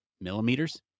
millimeters